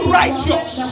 righteous